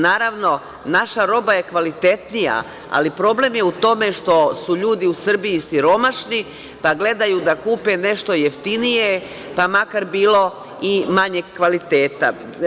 Naravno, naša roba je kvalitetnija, ali problem je u tome što su ljudi u Srbiji siromašni, pa gledaju da kupe nešto jeftinije, pa makar bilo i manjeg kvaliteta.